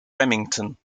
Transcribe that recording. remington